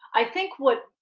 i think what,